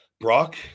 Brock